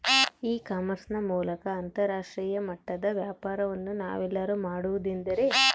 E commerce ನ ಮೂಲಕ ಅಂತರಾಷ್ಟ್ರೇಯ ಮಟ್ಟದ ವ್ಯಾಪಾರವನ್ನು ನಾವೆಲ್ಲರೂ ಮಾಡುವುದೆಂದರೆ?